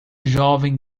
jovem